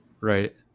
Right